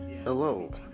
Hello